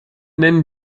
nennen